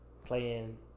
playing